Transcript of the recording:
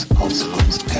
consequences